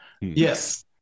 yes